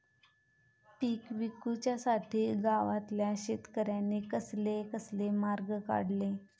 पीक विकुच्यासाठी गावातल्या शेतकऱ्यांनी कसले कसले मार्ग काढले?